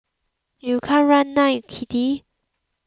you can't run now kitty